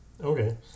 Okay